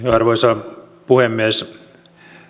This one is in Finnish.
arvoisa puhemies